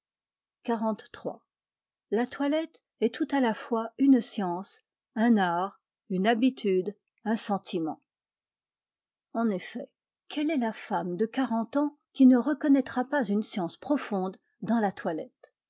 xliii la toilette est tout à la fois une science un art une habitude un sentiment en effet quelle est la femme de quarante ans qui ne reconnaîtra pas une science profonde dans la toilette